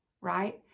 right